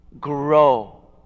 grow